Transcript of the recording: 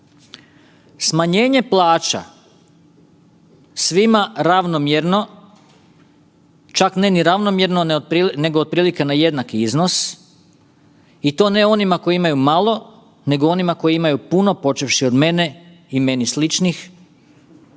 smanjenje plaća svima ravnomjerno čak ne ni ravnomjerno nego otprilike na jednak iznos i to ne onima koji imaju malo nego onima koji imaju puno, počevši od mene i meni sličnih,